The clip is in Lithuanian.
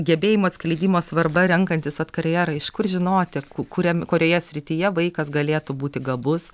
gebėjimų atskleidimo svarba renkantis vat karjerą iš kur žinoti ku kuriam kurioje srityje vaikas galėtų būti gabus